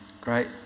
great